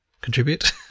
contribute